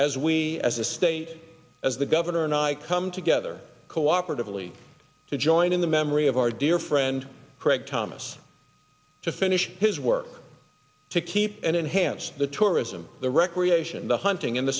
as we as a state as the governor and i come together cooperatively to join in the memory of our dear friend craig thomas to finish his work to keep and enhance the tourism the recreation the hunting and the